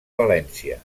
valència